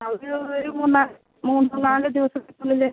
ഒരു ഒരു മൂന്ന് മൂന്ന് നാല് ദിവസത്തിനുള്ളിൽ